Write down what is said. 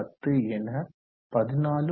44x10 என 14